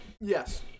Yes